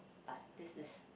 but this is